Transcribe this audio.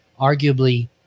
arguably